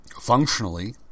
Functionally